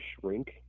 shrink